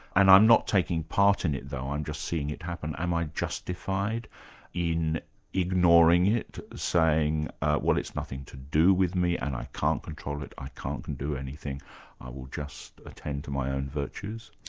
and i'm not taking part in it though, i'm just seeing it happen, am i justified in ignoring it, saying well it's nothing to do with me, and i can't control it, i can't and do anything, i will just attend to my own virtues?